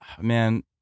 Man